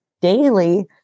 daily